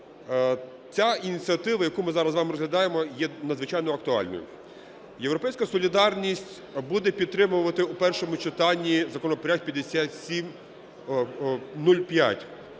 ця ініціатива, яку ми зараз з вами розглядаємо, є надзвичайно актуальною. "Європейська солідарність" буде підтримувати у першому читанні законопроект 5705.